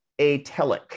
atelic